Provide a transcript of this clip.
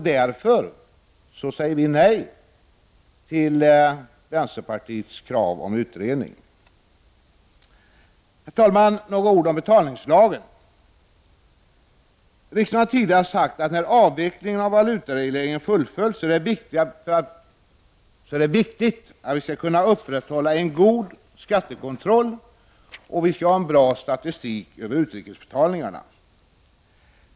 Därför säger vi nej till vänsterpartiets krav på utredning. Herr talman! Jag skall säga några ord om betalningslagen. Riksdagen har tidigare sagt att det när avvecklingen av valutaregleringen fullföljs är viktigt att kunna upprätthålla en god skattekontroll och att ha en bra statistik över utrikesbetalningarna.